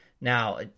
Now